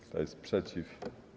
Kto jest przeciw?